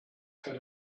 had